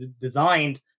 designed